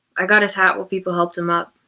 i got his hat while people helped him up.